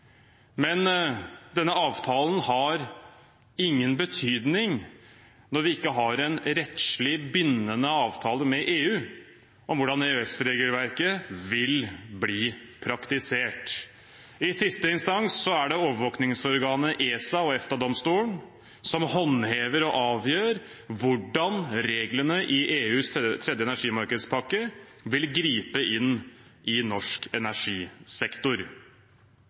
Men denne avtalen har ingen betydning når vi ikke har en rettslig bindende avtale med EU om hvordan EØS-regelverket vil bli praktisert. I siste instans er det overvåkingsorganet ESA og EFTA-domstolen som håndhever og avgjør hvordan reglene i EUs tredje energimarkedspakke vil gripe inn i norsk energisektor.